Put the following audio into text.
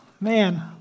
Man